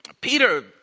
Peter